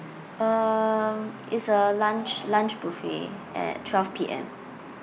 um it's a lunch lunch buffet at twelve P_M